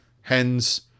hens